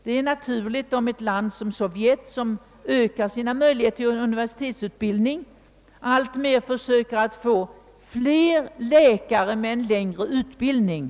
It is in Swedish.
Det är naturligt att man i ett land som Sovjet, som ökar möjligheterna till universitetsutbildning, försöker få fler läkare med en längre utbildning.